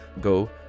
go